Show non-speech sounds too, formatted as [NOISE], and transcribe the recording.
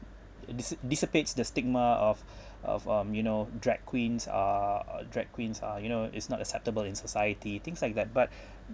uh dissa~ dissipates the stigma of of um you know drag queens are uh drag queens are you know it's not acceptable in society things like that but [BREATH]